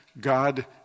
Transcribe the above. God